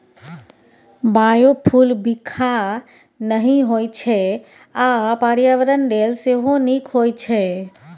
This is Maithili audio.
बायोफुल बिखाह नहि होइ छै आ पर्यावरण लेल सेहो नीक होइ छै